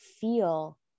feel